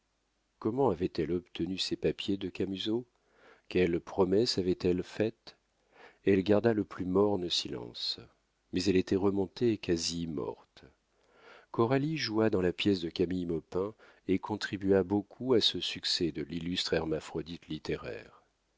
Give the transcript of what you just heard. comment avait-elle obtenu ces papiers de camusot quelle promesse avait-elle faite elle garda le plus morne silence mais elle était remontée quasi morte coralie joua dans la pièce de camille maupin et contribua beaucoup à ce succès de l'illustre hermaphrodite littéraire